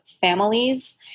families